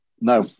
no